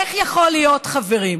איך זה יכול להיות, חברים?